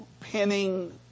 pinning